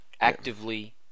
actively